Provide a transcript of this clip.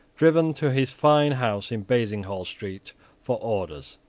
driven to his fine house in basinghall street for orders.